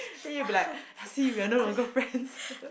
then if like see Venom got girlfriend